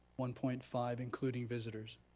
one point five including visitors?